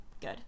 good